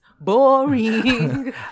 boring